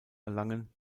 erlangen